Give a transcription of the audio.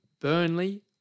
Burnley